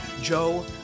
Joe